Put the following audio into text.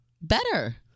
Better